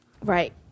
Right